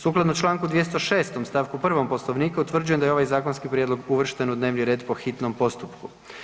Sukladno čl. 206. st. 1. Poslovnika utvrđujem da je ovaj zakonski prijedlog uvršten u dnevni red po hitnom postupku.